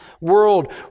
world